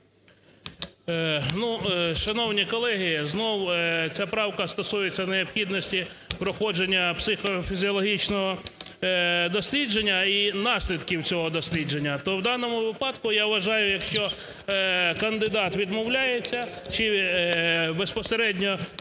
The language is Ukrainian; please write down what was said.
Шановні колеги, знов ця правка стосується необхідності проходження психофізіологічного дослідження і наслідків цього дослідження. То в даному випадку я вважаю, якщо кандидат відмовляється, чи безпосередньо суддя сам